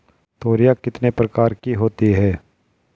तोरियां कितने प्रकार की होती हैं?